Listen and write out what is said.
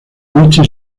noche